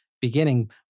beginning